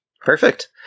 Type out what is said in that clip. Perfect